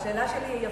השאלה שלי היא הפוך.